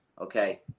Okay